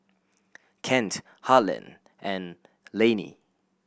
Kent Harland and Lanie